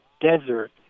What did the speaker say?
desert